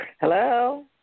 Hello